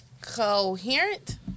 Coherent